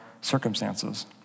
circumstances